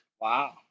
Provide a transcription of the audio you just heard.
Wow